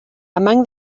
among